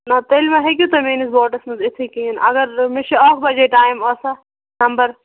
نہ تیٚلہِ ما ہیٚکِو تُہۍ میٛٲنِس بوٹَس منٛز یِتھٕے کِہیٖنۍ اَگر مےٚ چھُ اَکھ بَجے ٹایِم آسان نَمبَر